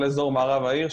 כל אזור מערב העיר,